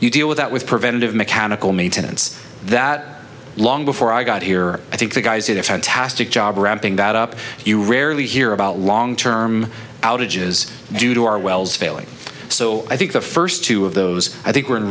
you deal with that with preventative mechanical maintenance that long before i got here i think the guys did a fantastic job ramping that up you rarely hear about long term outages due to our wells failing so i think the first two of those i think we're in